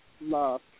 love